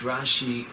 Rashi